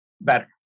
better